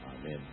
Amen